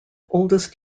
oldest